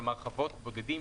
כלומר חוות בודדים,